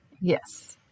Yes